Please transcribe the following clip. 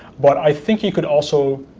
but i think you could also,